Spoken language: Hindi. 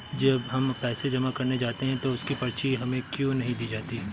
जब हम पैसे जमा करने जाते हैं तो उसकी पर्ची हमें क्यो नहीं दी जाती है?